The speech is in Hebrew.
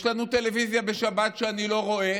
יש לנו טלוויזיה בשבת, שאני לא רואה,